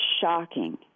shocking